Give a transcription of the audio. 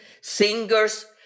singers